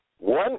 One